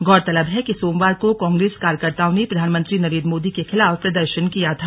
गौरतलब है कि सोमवार को कांग्रेस कार्यकर्ताओं ने प्रधानमंत्री नरेंद्र मोदी के खिलाफ प्रदर्शन किया था